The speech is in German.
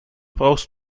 brauchst